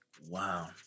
Wow